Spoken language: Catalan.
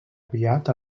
aviat